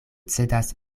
cedas